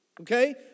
Okay